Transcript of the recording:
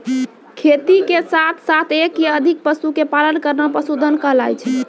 खेती के साथॅ साथॅ एक या अधिक पशु के पालन करना पशुधन कहलाय छै